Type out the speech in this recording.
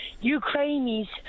Ukrainians